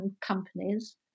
companies